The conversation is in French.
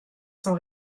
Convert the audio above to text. son